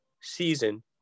season